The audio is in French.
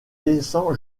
descend